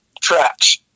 tracks